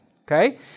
Okay